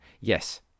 Yes